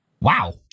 Wow